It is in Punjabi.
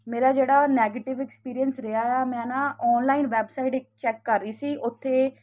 ਮੇਰਾ ਜਿਹੜਾ ਨੈਗੇਟਿਵ ਐਕਸਪੀਰੀਅੰਸ ਰਿਹਾ ਆ ਮੈਂ ਨਾ ਆਨਲਾਈਨ ਵੈਬਸਾਈਟ ਇੱਕ ਚੈੱਕ ਕਰ ਰਹੀ ਸੀ ਉੱਥੇ